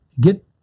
get